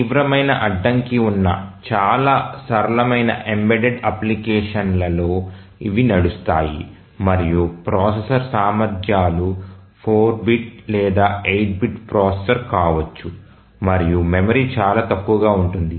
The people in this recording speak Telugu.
తీవ్రమైన అడ్డంకి ఉన్న చాలా సరళమైన ఎంబెడెడ్ అప్లికేషన్లలో ఇవి నడుస్తాయి మరియు ప్రాసెసర్ సామర్థ్యాలు 4 బిట్ లేదా 8 బిట్ ప్రాసెసర్ కావచ్చు మరియు మెమరీ చాలా తక్కువగా ఉంటుంది